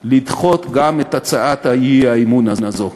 לדחות גם את הצעת האי-אמון הזאת.